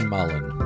Mullen